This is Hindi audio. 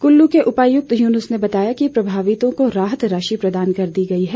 कुल्लू के उपायुक्त यूनस ने बताया कि प्रभावितों को राहत राशि प्रदान कर दी गई है